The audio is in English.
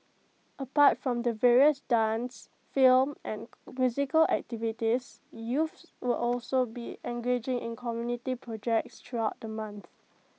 apart from the various dance film and musical activities youths will also be engaging in community projects throughout the month